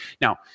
Now